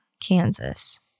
Kansas